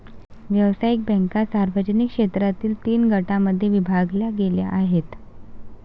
व्यावसायिक बँका सार्वजनिक क्षेत्रातील तीन गटांमध्ये विभागल्या गेल्या आहेत